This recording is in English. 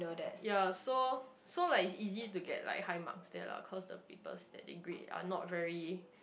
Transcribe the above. ya so so like easy to get like high marks there lah cause the papers that they grade are not very